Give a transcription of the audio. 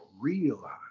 realize